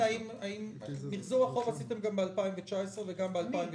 אני מנסה להבין את מיחזור החוב עשיתם גם ב-2019 וגם ב-2018.